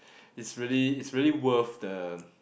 it's really it's really worth the